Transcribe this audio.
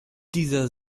dieser